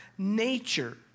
nature